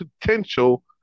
potential